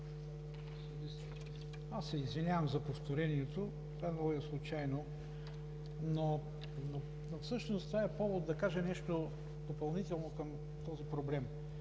Аз се извинявам за повторението, станало е случайно, но всъщност това е повод да кажа нещо допълнително към този проблем.